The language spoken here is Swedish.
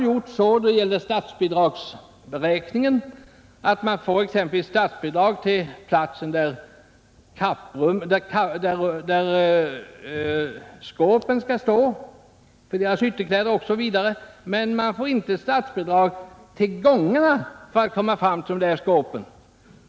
Vid statsbidragsberäkningen får man t.ex. statsbidrag till den plats där skåpen för ytterkläder och sådant skall stå, men man får inte statsbidrag till de gångar som behövs för att man skall komma fram till dessa skåp.